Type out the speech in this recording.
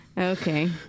Okay